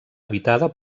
habitada